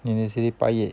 anniversary 八月